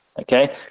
Okay